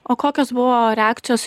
o kokios buvo reakcijos